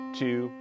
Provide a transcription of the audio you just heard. two